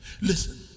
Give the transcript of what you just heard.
Listen